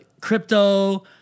crypto